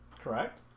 Correct